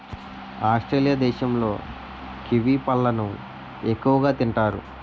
Australia దేశంలో kiwi పళ్ళను ఎక్కువగా తింతారు